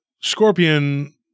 Scorpion